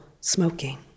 smoking